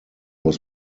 was